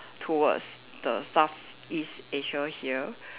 towards the Southeast Asia here